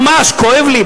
ממש כואב לי,